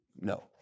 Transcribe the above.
No